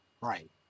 Right